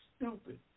stupid